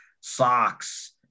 socks